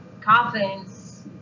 confidence